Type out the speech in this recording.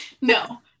No